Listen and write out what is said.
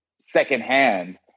secondhand